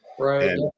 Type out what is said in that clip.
Right